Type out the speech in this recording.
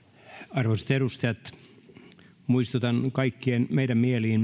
arvoisat edustajat muistutan kaikkien meidän mieliin